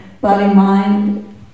body-mind